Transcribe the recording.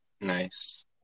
Nice